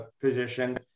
position